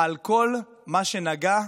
על כל מה שנגע,